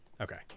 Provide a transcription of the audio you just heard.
Okay